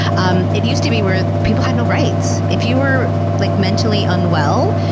um it used to be where people had no rights. if you were like mentally unwell,